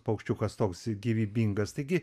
paukščiukas toks gyvybingas taigi